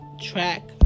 track